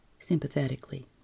sympathetically